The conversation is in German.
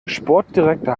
sportdirektor